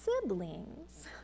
siblings